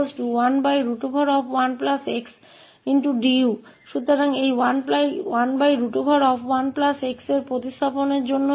तो वह कारक सामने आएगा और फिर हमारे पास 0e u2du होगा